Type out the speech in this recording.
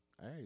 hey